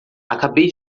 acabei